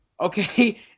Okay